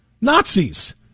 Nazis